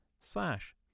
slash